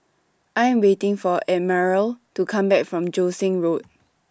I Am waiting For Admiral to Come Back from Joo Seng Road